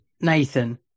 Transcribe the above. Nathan